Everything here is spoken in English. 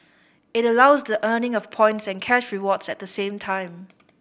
it allows the earning of points and cash rewards at the same time